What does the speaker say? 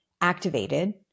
activated